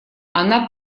она